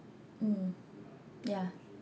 mm yeah